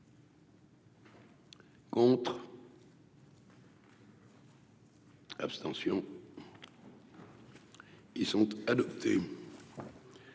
pour. Abstention : ils sont adoptés.